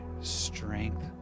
strength